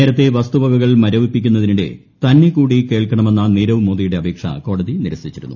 നേരത്തെ വസ്തുവകകൾ മർവ്വിപ്പിക്കുന്നതിനിടെ തന്നെ കൂടി കേൾക്കണമെന്ന നീരവ് മ്മോദ്വിയുടെ അപേക്ഷ കോടതി നിരസിച്ചിരുന്നു